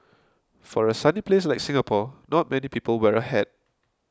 for a sunny place like Singapore not many people wear a hat